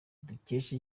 dukesha